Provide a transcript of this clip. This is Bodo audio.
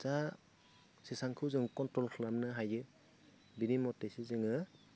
जा जेसेबांखौ जों कन्ट्रल खालामनो हायो बिदि मतैसो जोङो